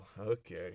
Okay